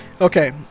Okay